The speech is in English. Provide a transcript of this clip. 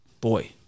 Boy